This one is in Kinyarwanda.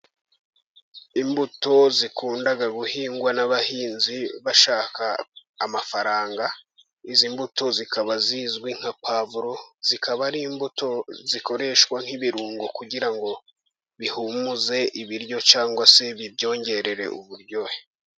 Imbuto zikunda guhingwa n'abahinzi bashaka amafaranga. Izi mbuto zikaba zizwi nka puwavuro, zikaba ari imbuto zikoreshwa nk'ibirungo kugira ngo bihumuze ibiryo, cyangwa se bibyongerere uburyohe.